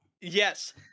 Yes